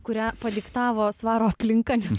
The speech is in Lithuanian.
kurią padiktavo svaro aplinka nes